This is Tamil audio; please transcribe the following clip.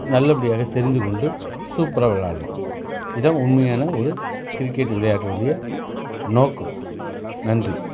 நல்லபடியாக தெரிந்துகொண்டு சூப்பராக விளையாடலாம் இதான் உண்மையான ஒரு கிரிக்கெட் விளையாட்டினுடைய நோக்கம் நன்றி